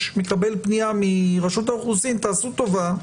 מקבל פנייה מרשות האוכלוסין "תעשו טובה,